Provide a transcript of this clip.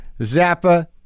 Zappa